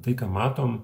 tai ką matom